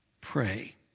pray